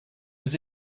was